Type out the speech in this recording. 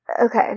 okay